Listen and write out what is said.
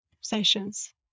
sessions